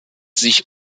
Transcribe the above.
sich